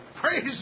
Praise